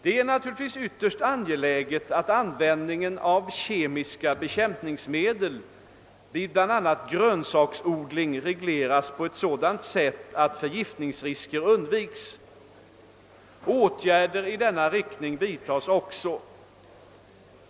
Det är naturligtvis ytterst angeläget att användningen av kemiska bekämpningsmedel vid bl.a. grönsaksodling regleras på ett sådant sätt att förgiftningsriskerna undviks. Åtgärder i denna riktning vidtas också.